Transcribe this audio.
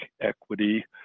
equity